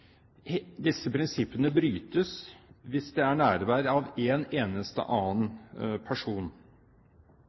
brytes hvis det er nærvær av en eneste annen person.